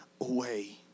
away